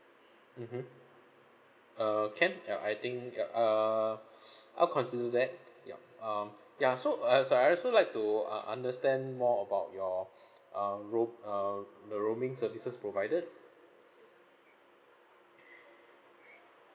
mmhmm uh can ya I think ya err s~ I'll consider that yup um ya so uh sorry I also like to uh understand more about your um ro~ uh the roaming services provided